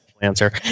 answer